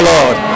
Lord